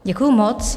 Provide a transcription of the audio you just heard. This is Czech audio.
Děkuju moc.